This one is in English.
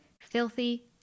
filthy